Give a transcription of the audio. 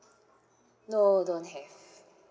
no don't have